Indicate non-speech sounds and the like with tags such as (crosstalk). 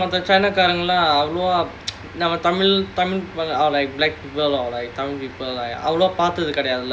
அப்புறம்:appuram china காரங்கலாம் அவ்ளோவா:kaarangalaam avlovaa (noise) நம்ம:namma tamil tamil ah like like tamil people நம்ம அவ்ளோவா பார்த்தது கெடயாதுல:namma avlovaa paarthathu kedayaathula